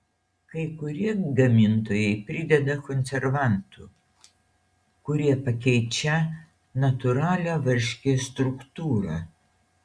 kai kurie gamintojai prideda konservantų kurie pakeičią natūralią varškės struktūrą